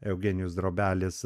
eugenijus drobelis